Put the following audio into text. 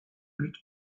great